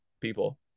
people